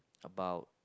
about